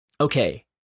Okay